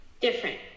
different